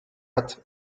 hat